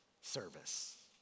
service